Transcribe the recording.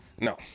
No